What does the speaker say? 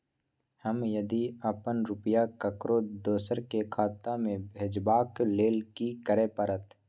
हम यदि अपन रुपया ककरो दोसर के खाता में भेजबाक लेल कि करै परत?